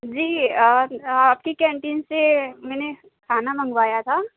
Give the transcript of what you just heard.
جی آپ کی کینٹین سے میں نے کھانا منگوایا تھا